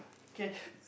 okay